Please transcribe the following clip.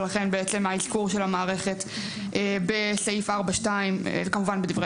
ולכן בעצם האזכור של המערכת בסעיף 4.2 כמובן בדברי